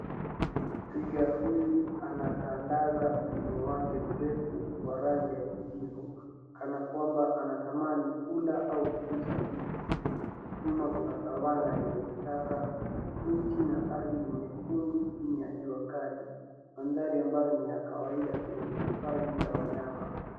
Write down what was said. Twiga huyu anatandaza ulimi wake mrefu wa rangi ya kijivu kana kwamba anatamani kula kitu au kuguza kitu. Nyuma kuna savanna yenye vichaka, miti nyekundu chinii ya jua kali. Mandhari ya kawaida katika mihifadhi ya wanyama.